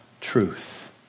truth